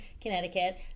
Connecticut